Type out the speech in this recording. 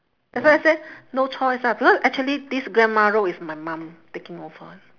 that's why I say no choice ah because actually this grandma role is my mum taking over